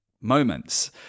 moments